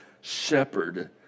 shepherd